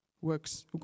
Works